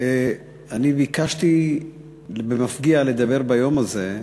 אני ביקשתי במפגיע לדבר ביום הזה,